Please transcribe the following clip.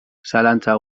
zalantza